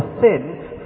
sin